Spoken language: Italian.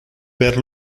per